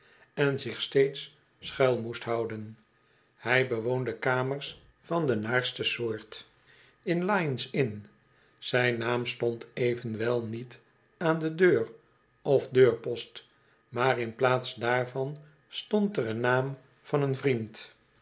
en zich steeds schuil moest houden hij bewoonde kamers van de naarste soort in lyons inn zijn naam stond evenwel niet aan de deur of deurpost maar in plaats daarvan stond er den naam van een vriend